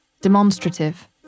Demonstrative